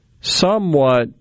somewhat